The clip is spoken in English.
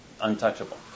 untouchable